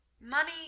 Money